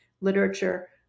literature